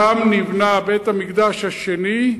שם נבנה בית-המקדש השני,